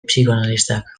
psikoanalistak